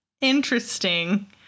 Interesting